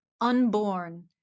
unborn